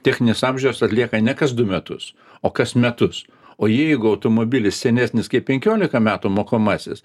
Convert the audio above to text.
technines apžiūras atlieka ne kas du metus o kas metus o jeigu automobilis senesnis kaip penkiolika metų mokomasis